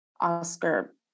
Oscar